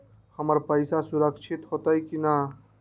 हमर पईसा सुरक्षित होतई न?